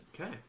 okay